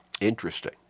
Interesting